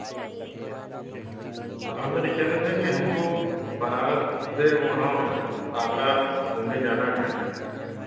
हाँ सर यह कह रहे थे कि हमको बनारस से वहाँ आगरा घूमने जाना है